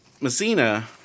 Messina